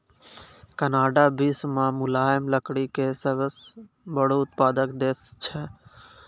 Canada विश्व मॅ मुलायम लकड़ी के सबसॅ बड़ो उत्पादक देश छै